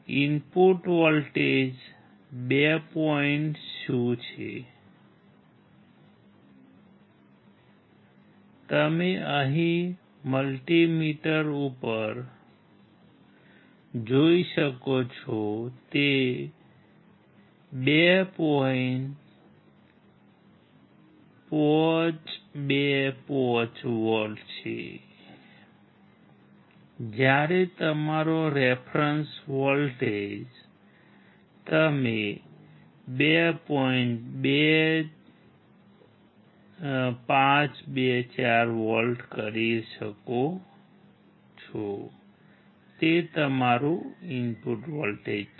524 volt કરી શકો છો તે તમારું ઇનપુટ વોલ્ટેજ છે